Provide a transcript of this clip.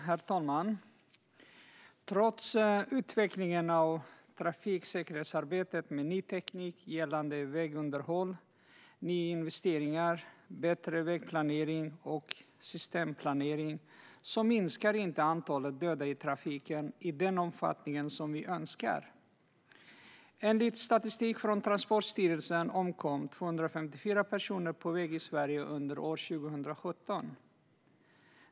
Herr talman! Trots utvecklingen av trafiksäkerhetsarbetet med ny teknik gällande vägunderhåll, nyinvesteringar, bättre vägplanering och systemplanering minskar inte antalet döda i trafiken i den omfattning som vi önskar. Enligt statistik från Transportstyrelsen omkom 254 personer på väg i Sverige under 2017.